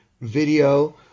video